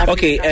Okay